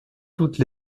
toutes